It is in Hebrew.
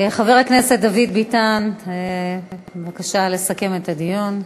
חבר הכנסת דוד ביטן, בבקשה לסכם את הדיון.